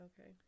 Okay